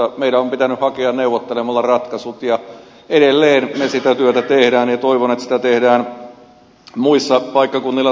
meidän on pitänyt hakea neuvottelemalla ratkaisut ja edelleen me sitä työtä teemme ja toivon että sitä tehdään muilla paikkakunnilla samoin